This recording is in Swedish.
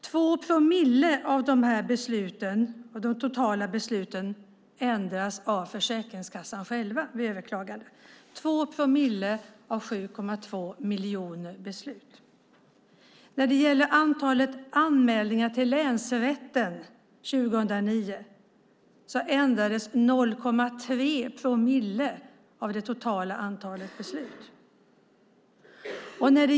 2 promille av de totala besluten ändras av Försäkringskassan själv vid överklagande. Av anmälningarna till länsrätten 2009 ändrades 0,3 promille av det totala antalet beslut.